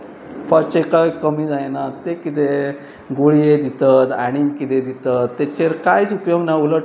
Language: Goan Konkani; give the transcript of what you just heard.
दुखपाचें कांय कमी जायना तें कितें गुळये दितात आनीक कितें दितात तेचेर कांय उपयोग ना उलट